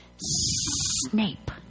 Snape